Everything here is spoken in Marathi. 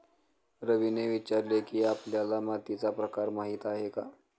रवीने विचारले की, आपल्याला मातीचा प्रकार माहीत आहे का?